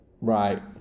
Right